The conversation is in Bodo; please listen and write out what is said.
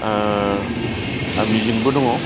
मिजिंबो दङ